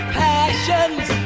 passions